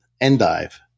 endive